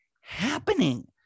happening